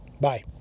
Bye